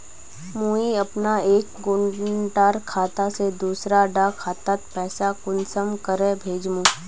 मुई अपना एक कुंडा खाता से दूसरा डा खातात पैसा कुंसम करे भेजुम?